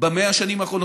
ב-100 השנים האחרונות,